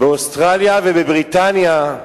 באוסטרליה ובבריטניה,